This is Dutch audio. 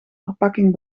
verpakking